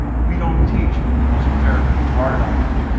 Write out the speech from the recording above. we don't teach ozone therapy to our doctors.